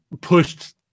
pushed